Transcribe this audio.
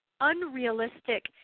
unrealistic